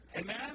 Amen